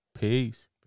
Peace